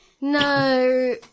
No